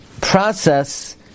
process